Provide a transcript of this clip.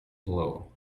blow